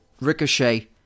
Ricochet